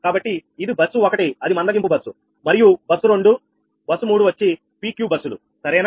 కాబట్టి ఇది బస్సు 1 అది మందగింపు బస్సు మరియు బస్సు2 బస్సు 3 వచ్చి PQ బస్సులు సరేనా